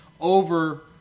over